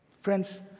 Friends